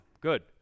Good